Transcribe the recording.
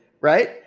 right